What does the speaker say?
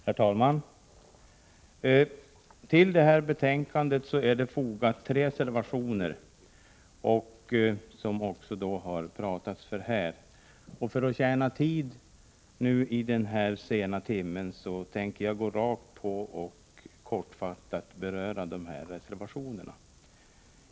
Herr talman! Till detta betänkande är det fogat tre reservationer, som det redan har talats för. För att tjäna tid i den sena timmen tänker jag gå rakt på och kortfattat beröra dessa reservationer.